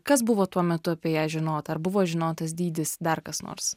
kas buvo tuo metu apie ją žinota ar buvo žinotas dydis dar kas nors